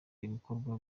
ibikorwa